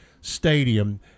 stadium